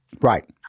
Right